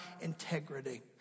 integrity